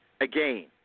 Again